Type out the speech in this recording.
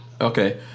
okay